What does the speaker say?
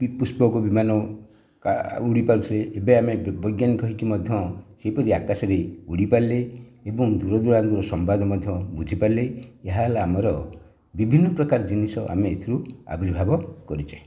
ପୁଷ୍ପକ ବିମାନ ଉଡ଼ିପାରୁଥିଲେ ଏବେ ଆମେ ବୈଜ୍ଞାନିକ ହୋଇକି ମଧ୍ୟ ସେମିତି ଆକାଶରେ ଉଡ଼ିପାରିଲେ ଏବଂ ଦୂର ଦୂରାନ୍ତରୁ ସମ୍ବାଦ ମଧ୍ୟ ବୁଝିପାରିଲେ ଏହା ହେଲା ଆମର ବିଭିନ୍ନ ପ୍ରକାର ଜିନିଷ ଆମେ ଏଥିରୁ ଆବିର୍ଭାବ କରିଛେ